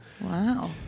Wow